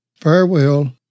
Farewell